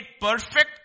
perfect